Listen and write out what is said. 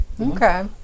okay